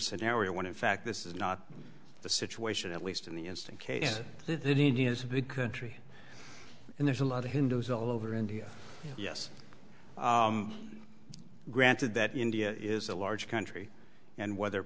scenario when in fact this is not the situation at least in the instant case that india is a big country and there's a lot of hindus all over india yes granted that india is a large country and whether